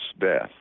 death